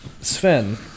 Sven